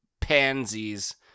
Pansies